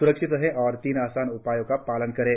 स्रक्षित रहें और तीन आसान उपायों का पालन करें